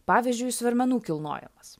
pavyzdžiui svarmenų kilnojimas